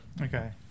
Okay